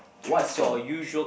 what's your usual